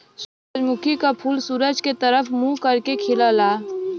सूरजमुखी क फूल सूरज के तरफ मुंह करके खिलला